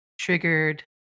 triggered